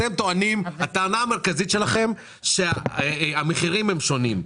הטענה המרכזית שלכם היא שהמחירים שונים,